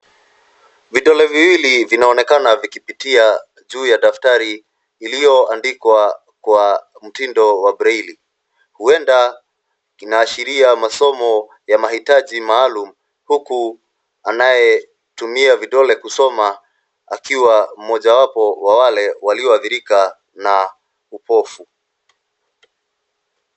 Vidole viwili vinaonekana vikipitia juu ya daftari iliyo andikwa kwa mtindo wa Braiile huenda inashiria mtindo wa masomo maalum huku anayetumia vidole kusoma akiwa ni mmoja wa wale walioadhirika na upofu.